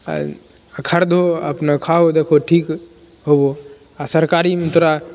आइ खरदहो अपना खाहो देखहो ठीक होयबो आ सरकारीमे तोरा